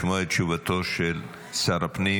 לשמוע את תשובתו של שר הפנים.